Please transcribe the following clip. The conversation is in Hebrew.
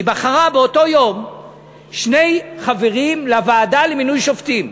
היא בחרה באותו יום שני חברים לוועדה למינוי שופטים.